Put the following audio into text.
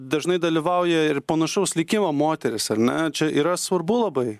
dažnai dalyvauja ir panašaus likimo moterys ar ne čia yra svarbu labai